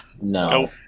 No